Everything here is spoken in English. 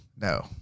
No